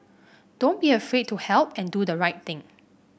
don't be afraid to help and do the right thing